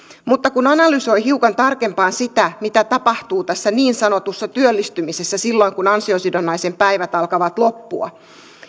mutta kun analysoi hiukan tarkempaan sitä mitä tapahtuu tässä niin sanotussa työllistymisessä silloin kun ansiosidonnaisen päivät alkavat loppua